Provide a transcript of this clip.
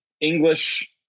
English